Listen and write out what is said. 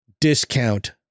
discount